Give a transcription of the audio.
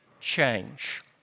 change